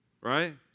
right